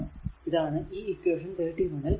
ഇതാണ് ഈ ഇക്വേഷൻ 31 ൽ കാണിച്ചത്